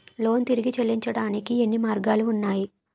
Loan తిరిగి చెల్లించటానికి ఎన్ని మార్గాలు ఉన్నాయి?